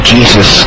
Jesus